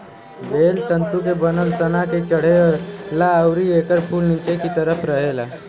बेल तंतु के बनल तना पे चढ़ेला अउरी एकर फूल निचे की तरफ रहेला